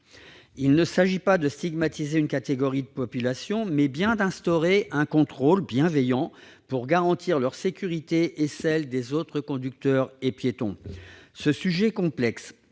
Il s'agit non pas de stigmatiser une catégorie de la population, mais bien d'instaurer un contrôle, bienveillant, pour garantir la sécurité de ces personnes et celle des autres conducteurs et des piétons. Ce sujet complexe,